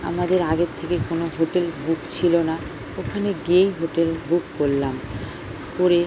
আমাদের আগের থেকে কোনো হোটেল বুক ছিল না ওখানে গিয়েই হোটেল বুক করলাম করে